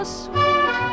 sweet